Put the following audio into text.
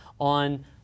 on